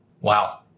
Wow